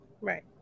right